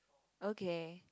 okay